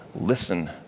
listen